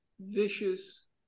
vicious